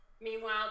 Meanwhile